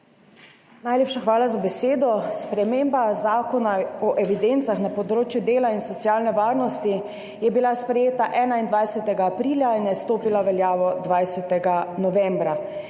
Najlepša hvala za besedo. Sprememba Zakona o evidencah na področju dela in socialne varnosti je bila sprejeta 21. aprila in je stopila v veljavo 20. novembra.